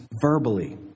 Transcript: verbally